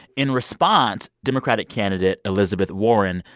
in response, democratic candidate elizabeth warren,